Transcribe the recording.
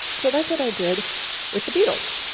so that's what i did with the beatles.